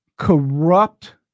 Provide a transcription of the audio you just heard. Corrupt